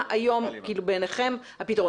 מה בעיניכם הפתרון?